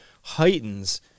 heightens